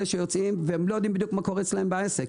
שיוצאים ולא יודעים מה קורה אצלם בעסק.